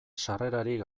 sarrerarik